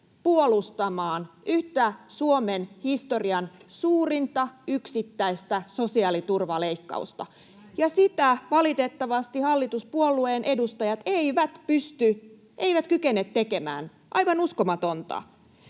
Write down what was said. puolustamaan yhtä Suomen historian suurinta yksittäistä sosiaaliturvaleikkausta, ja sitä valitettavasti hallituspuolueen edustajat eivät kykene tekemään. Aivan uskomatonta!